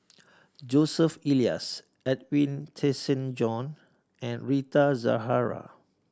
Joseph Elias Edwin Tessensohn and Rita Zahara